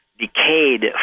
decayed